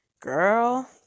girl